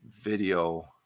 video